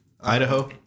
Idaho